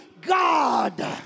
God